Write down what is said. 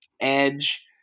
Edge